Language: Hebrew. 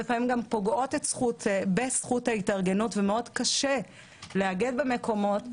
פעמים פוגעות גם בזכות ההתארגנות ומאוד קשה לאגד במקומות.